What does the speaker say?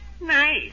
Nice